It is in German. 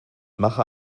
mache